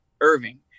Irving